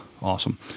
awesome